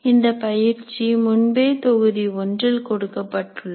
இந்த பயிற்சி முன்பே தொகுதி ஒன்றில் கொடுக்கப்பட்டுள்ளது